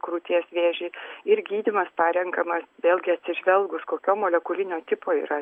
krūties vėžį ir gydymas parenkama vėlgi atsižvelgus kokio molekulinio tipo yra